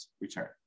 return